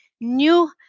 new